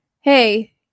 hey